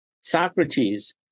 Socrates